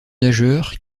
nageur